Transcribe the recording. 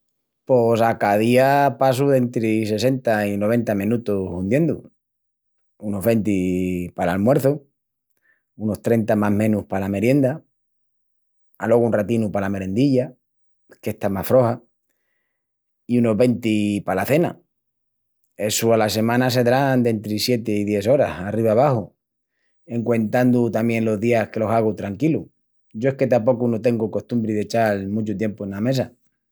Pos a ca día passu dentri sessenta i noventa menutus hundiendu, unus venti pal almuerçu, unus trenta más menus pala merienda, alogu un ratinu pala merendilla, qu'esta es más froxa, i unus venti pala cena. Essu ala semana sedrán dentri sieti i dies oras arriba abaxu, en cuentandu tamién los dìas que lo hagu tranquilu. Yo es que tapocu no tengu costumbri d'echal muchu tiempu ena mesa.